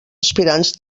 aspirants